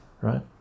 right